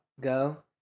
go